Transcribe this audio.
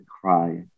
cry